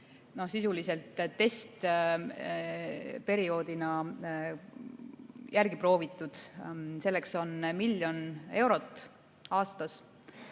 sisuliselt testperioodina järele proovitud. Selleks on miljon eurot aastas.